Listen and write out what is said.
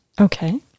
Okay